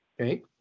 okay